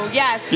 yes